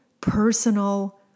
personal